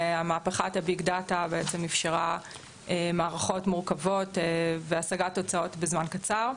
מהפכת הביג דאטה בעצם אפשרה מערכות מורכבות והשגת הוצאות בזמן קצר.